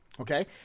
Okay